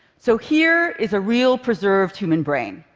so here is a real preserved human brain.